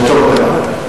לטוב ולרע.